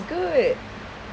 good